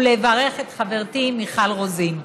ולברך את חברתי מיכל רוזין.